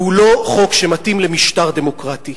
והוא לא חוק שמתאים למשטר דמוקרטי.